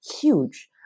huge